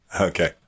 Okay